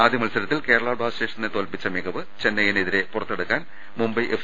ആദ്യ മൽസരത്തിൽ ് കേരള ബ്ലാസ്റ്റേഴ്സിനെ തോൽപ്പിച്ച മികവ് ചെന്നൈയിന് എതിരെ പുറത്തെടുക്കാൻ മുംബൈ എഫ്